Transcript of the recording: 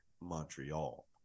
Montreal